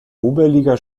oberliga